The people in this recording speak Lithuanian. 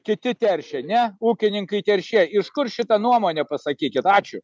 kiti teršia ne ūkininkai teršėjai iš kur šita nuomonė pasakykit ačiū